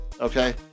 Okay